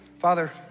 Father